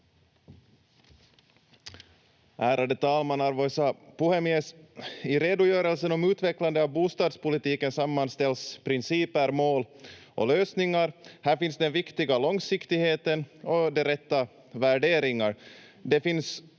Ärade talman, arvoisa puhemies! I redogörelsen om utvecklande av bostadspolitiken sammanställs principer, mål och lösningar. Här finns den viktiga långsiktigheten och rätta värderingar.